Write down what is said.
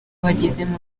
bagizemo